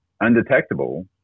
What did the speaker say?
undetectable